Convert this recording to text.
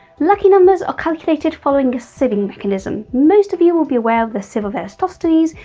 lucky numbers are calculated following a sieving mechanism. most of you will be aware of the sieve of erasthostenes,